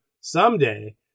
someday